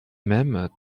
même